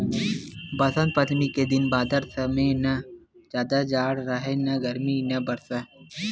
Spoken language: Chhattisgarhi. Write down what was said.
बसंत पंचमी के दिन बादर समे म न जादा जाड़ राहय न गरमी न बरसा